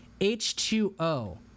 H2O